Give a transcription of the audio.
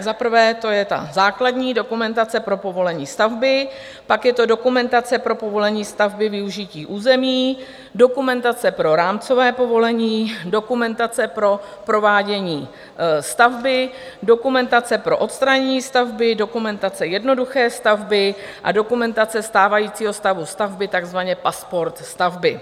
Za prvé to je základní dokumentace pro povolení stavby, pak je to dokumentace pro povolení stavby využití území, dokumentace pro rámcové povolení, dokumentace pro provádění stavby, dokumentace pro odstranění stavby, dokumentace jednoduché stavby a dokumentace stávajícího stavu stavby, takzvaný pasport stavby.